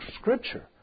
scripture